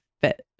fit